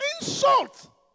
Insult